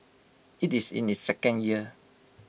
IT is in its second year